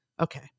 Okay